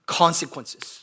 consequences